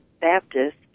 Baptist